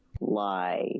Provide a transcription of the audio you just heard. lie